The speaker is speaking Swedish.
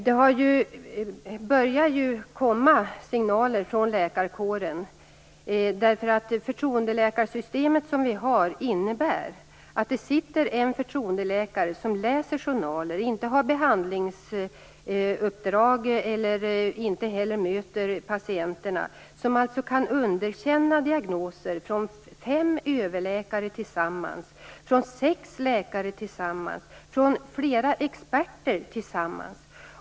Det börjar komma signaler från läkarkåren. Förtroendeläkarsystemet vi har innebär att det sitter en förtroendeläkare som läser journaler, som inte har behandlingsuppdrag och inte heller möter patienterna. Denna läkare kan alltså underkänna diagnoser från fem överläkare tillsammans, från sex läkare tillsammans och från flera experter tillsammans.